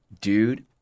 dude –